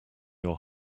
your